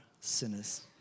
sinners